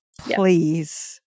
please